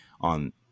on